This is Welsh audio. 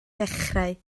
dechrau